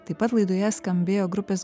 taip pat laidoje skambėjo grupės